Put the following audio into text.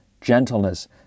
gentleness